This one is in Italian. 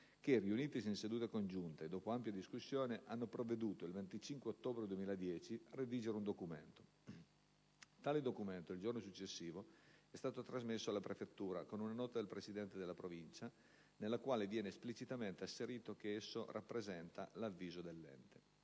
che - riunitesi in seduta congiunta e dopo ampia discussione - hanno provveduto, il 25 ottobre 2010, a redigere un documento. Tale documento, il giorno successivo, è stato trasmesso alla prefettura con una nota del presidente della Provincia, nella quale viene esplicitamente asserito che esso «rappresenta l'avviso dell'Ente».